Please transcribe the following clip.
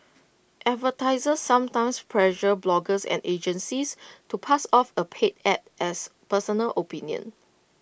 advertisers sometimes pressure bloggers and agencies to pass off A paid Ad as personal opinion